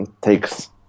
takes